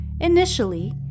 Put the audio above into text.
Initially